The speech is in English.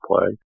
play